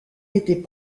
était